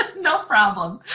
no problem!